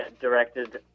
directed